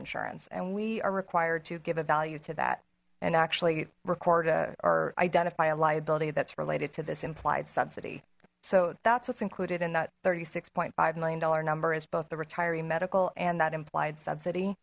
insurance and we are required to give a value to that and actually record a or identify a liability that's related to this implied subsidy so that's what's included in that thirty six point five million dollar number is both the retiree medical and that implied su